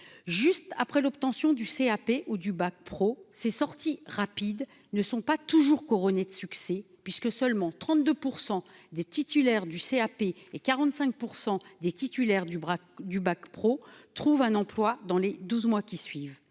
Juste après l'obtention du CAP ou du bac pro, ces sorties rapides ne sont pas toujours couronnées de succès, puisque seulement 32 % de titulaires du CAP et 45 % des titulaires du bac pro trouvent un emploi dans les douze mois qui suivent